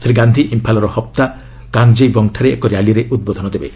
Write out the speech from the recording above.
ଶ୍ରୀ ଗାନ୍ଧି ଇମ୍ଫାଲ୍ର ହପ୍ତା କାଙ୍ଗ୍ଜେଇବଙ୍ଗ୍ଠାରେ ଏକ ର୍ୟାଲିରେ ଉଦ୍ବୋଧନ ଦେବେ